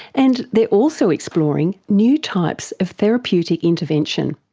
and they're also exploring new types of therapeutic intervention.